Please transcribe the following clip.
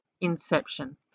inception